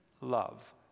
love